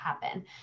happen